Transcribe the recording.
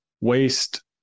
waste